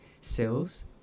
sales